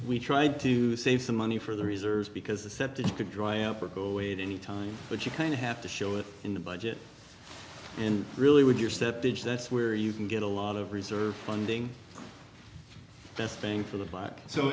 we tried to save some money for the reserves because the septics could dry up or go away any time but you kind of have to show it in the budget and really would your step digit that's where you can get a lot of reserve funding